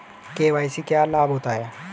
KYC से क्या लाभ होता है?